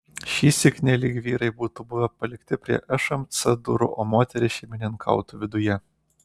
šįsyk nelyg vyrai būtų buvę palikti prie šmc durų o moterys šeimininkautų viduje